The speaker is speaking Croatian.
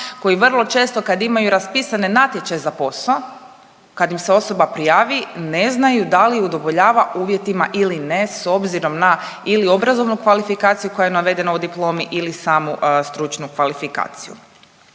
koji vrlo često kad imaju raspisane natječaje za posao, kad im se osoba prijavi ne znaju da li udovoljava uvjetima ili ne s obzirom na ili obrazovnu kvalifikaciju koja je navedena u diplomi ili samu stručnu kvalifikaciju.